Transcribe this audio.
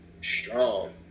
strong